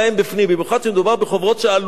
במיוחד כשמדובר בחוברות שעלותן גבוהה.